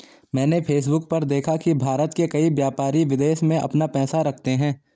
मैंने फेसबुक पर देखा की भारत के कई व्यापारी विदेश में अपना पैसा रखते हैं